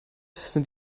sind